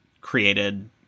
created